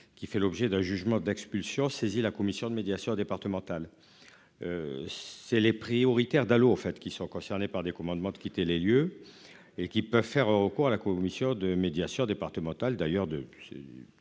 Qui fait l'objet d'un jugement d'expulsion saisi la commission de médiation départementales. C'est les prioritaires Dalo en fait qui sont concernés par des commandements de quitter les lieux et qui peuvent faire recours à la commission de médiation départementales d'ailleurs